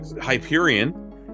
Hyperion